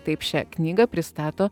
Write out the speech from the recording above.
taip šią knygą pristato